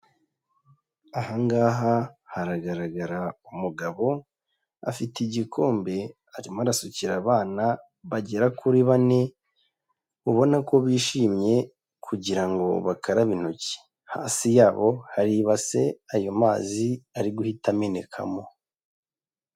Aha ngaha haragaragara umugabo, afite igikombe arimo arasukira abana bagera kuri bane, ubona ko bishimye kugira ngo bakarabe intoki, hasi yabo hari ibasi ayo mazi ari guhita amenekamo.